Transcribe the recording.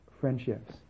friendships